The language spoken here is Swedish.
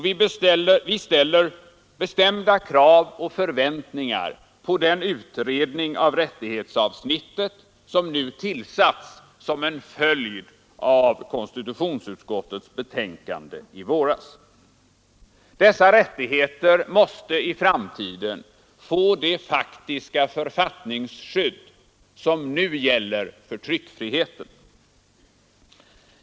Vi ställer bestämda krav och förväntningar på den utredning av rättighetsavsnittet som nu tillsatts som en följd av konstitutionsutskottets betänkande i våras. Dessa rättigheter måste i framtiden få det faktiska författningsskydd som nu gäller för tryckfriheten.